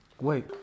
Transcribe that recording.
Wait